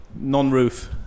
non-roof